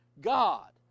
god